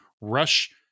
rush